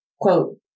quote